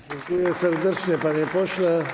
Dziękuję serdecznie, panie pośle.